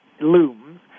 looms